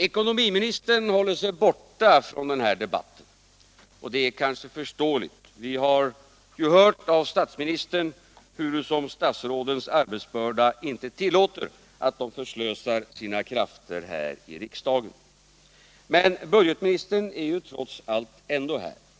Ekonomiministern håller sig borta från den här debatten. Och det är kanske förståeligt. Vi har ju hört av statsministern hurusom statsrådens arbetsbörda inte tillåter att de förslösar sina krafter här i riksdagen. Men budgetministern är ju trots allt ändå här.